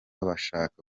bashaka